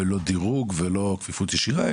לא דירוג ולא כפיפות ישירה,